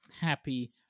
happy